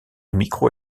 micro